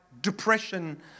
depression